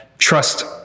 trust